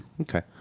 Okay